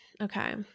Okay